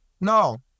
No